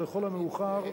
ולכל המאוחר,